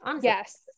Yes